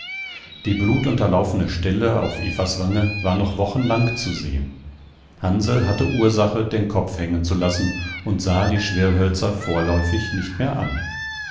die blutunterlaufene stelle auf evas wange war noch wochenlang zu sehen hansl hatte ursache den kopf hängen zu lassen und sah die schwirrhölzer vorläufig nicht mehr an